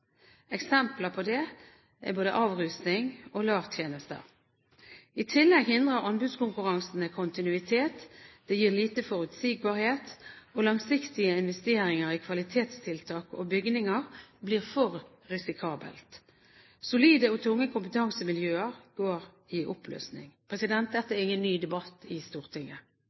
Eksempler på det er avrusing og LAR-tjenester. I tillegg hindrer anbudskonkurransene kontinuitet, det gir lite forutsigbarhet, og langsiktige investeringer i kvalitetstiltak og bygninger blir for risikabelt. Solide og tunge kompetansemiljøer går i oppløsning. Dette er ingen ny debatt i Stortinget.